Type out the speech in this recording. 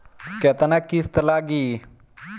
केतना किस्त लागी?